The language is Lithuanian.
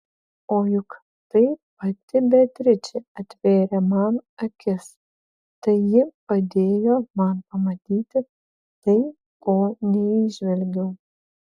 o juk tai pati beatričė atvėrė man akis tai ji padėjo man pamatyti tai ko neįžvelgiau